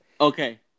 Okay